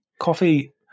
Coffee